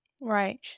Right